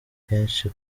kenshi